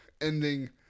ending